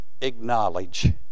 acknowledge